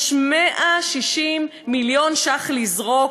יש 160 מיליון שקלים לזרוק,